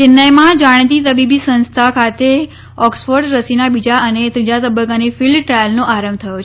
ચેન્નાઈમાં જાણીતી તબીબી સંસ્થા ખાતે ઓક્સફર્ડ રસીના બીજા અને ત્રીજા તબક્કાની ફિલ્ડ ટ્રાયલનો આરંભ થયો છે